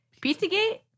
PizzaGate